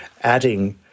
adding